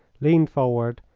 leaned forward,